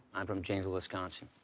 i'm from janesville, wisconsin.